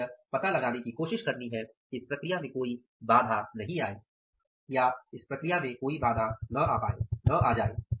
और यह पता लगाने की कोशिश करनी है कि इस प्रक्रिया में कोई बाधा नहीं आये या इस पूरी प्रक्रिया में कोई बाधा नहीं आये